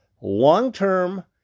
long-term